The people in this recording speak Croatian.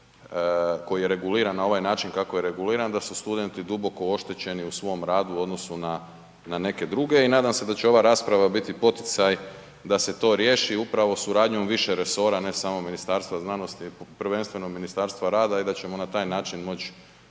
koji je reguliran na ovaj način kako je reguliran da su studenti duboko oštećeni u svom radu u odnosu na neke druge. I nadam se da će ova rasprava biti poticaj da se to riješi upravo suradnjom više resora, ne samo Ministarstva znanosti prvenstveno Ministarstva rada i da ćemo na taj način moći